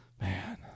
Man